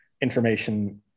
information